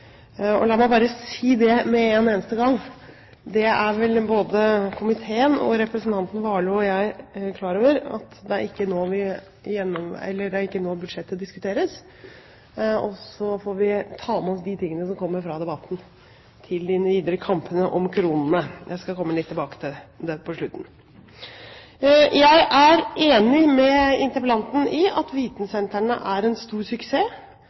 og at diverse spørsmål rundt økonomien til vitensentrene skulle avklares her i dag. La meg bare si med én eneste gang at det er vel både komiteen, representanten Warloe og jeg klar over, at det er ikke nå budsjettet diskuteres, og så får vi ta med oss de tingene som kommer fra debatten, til de videre kampene om kronene. Jeg skal komme litt tilbake til det på slutten. Jeg er enig med interpellanten i at vitensentrene er en stor suksess.